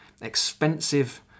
expensive